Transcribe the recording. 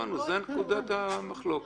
לא לתת לזה ביטוי נראה לי בניגוד לעקרון האשמה.